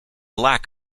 lack